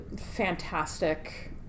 fantastic